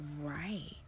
right